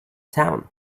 town